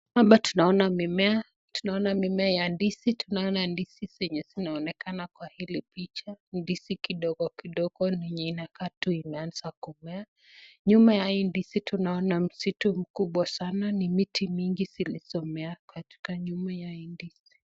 Hapa tunaona mimea, tunaona mimea ya ndizi, tunaona ndizi zenye zinaonekana kwa hili picha, ni ndizi kidogo kidogo enye inakaa tu imeanza kumeza, nyuma ya hii ndizi tunaona msitu kubwa sana, ni miti mingi zilizomea katika nyuma ya hii ndizi.